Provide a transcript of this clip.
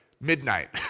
midnight